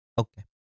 Okay